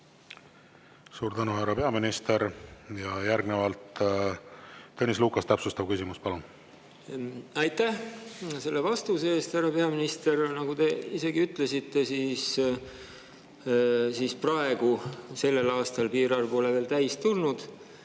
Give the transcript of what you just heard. Suur tänu, härra peaminister! Ja järgnevalt Tõnis Lukas, täpsustav küsimus, palun! Aitäh selle vastuse eest, härra peaminister! Nagu te ise ütlesite, ei ole sellel aastal piirarv veel täis tulnud